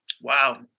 Wow